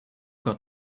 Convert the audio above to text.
got